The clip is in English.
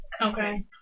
okay